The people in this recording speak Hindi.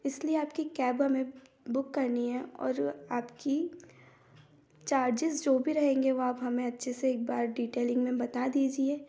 इसलिए आपकी कैब हमें बुक करनी है और आपकी चार्जेज जो भी रहेंगें वो आप हमें अच्छे से एक बार डिटेलिंग में बता दीजिए